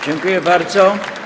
Dziękuję bardzo.